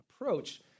approach